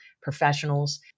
professionals